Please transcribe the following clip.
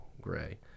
gray